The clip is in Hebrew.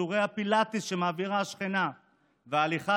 שיעורי הפילאטיס שמעבירה השכנה וההליכה